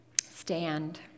stand